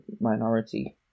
minority